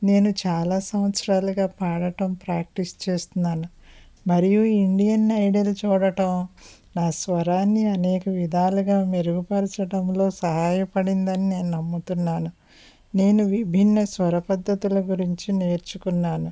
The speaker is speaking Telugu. నేను చాలా సంవత్సరాలుగా పాడటం ప్రాక్టీస్ చేస్తున్నాను మరియు ఇండియన్ ఐడల్ చూడటం నా స్వరాన్ని నేను అనేక విధాలుగా మెరుగుపరచడంలో సహాయపడిందని నమ్ముతున్నాను నేను విభిన్న స్వర పద్ధతుల గురించి నేర్చుకున్నాను